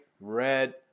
red